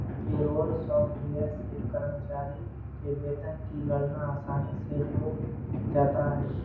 payroll software से कर्मचारी के वेतन की गणना आसानी से हो जाता है